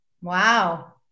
Wow